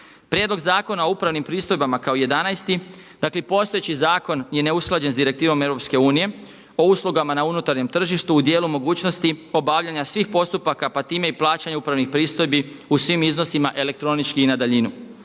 Prijedlog zakona o upravnim pristojbama kao jedanaesti. Dakle postojeći zakon je neusklađen s direktivom EU o uslugama na unutarnjem tržištu u dijelu mogućnosti obavljanja svih postupaka pa time i plaćanja upravnih pristojbi u svim iznosima elektronički i na daljinu.